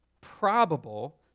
probable